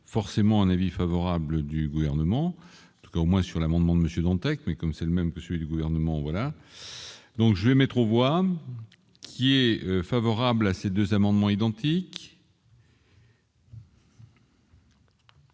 forcément un avis favorable du gouvernement quand moi, sur l'amendement de monsieur Dantec, mais comme c'est le même que celui du gouvernement, voilà donc je vais mettre aux voix qui est favorable à ces 2 amendements identiques.